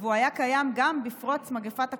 הוא היה קיים גם בפרוץ מגפת הקורונה,